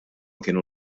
kienu